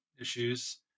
issues